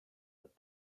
but